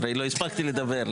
לא הספקתי לדבר.